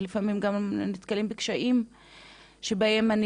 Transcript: לפעמים אנחנו גם נתקלים בקשיים במצבים שבהם אני